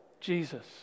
Jesus